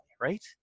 right